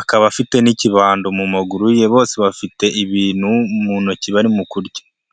akaba afite n'ikibando mu maguru ye, bose bafite ibintu mu ntoki barimo kurya.